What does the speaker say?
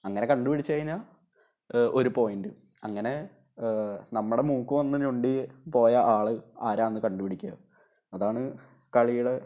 അങ്ങനെ കണ്ടുപിടിച്ചുകഴിഞ്ഞാല് ഒരു പോയിൻറ്റ് അങ്ങനെ നമ്മുടെ മൂക്ക് വന്ന് ഞൊണ്ടി പോയ ആൾ ആരാണെന്നു കണ്ടുപിടിക്കുക അതാണ് കളിയുടെ